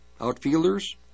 outfielders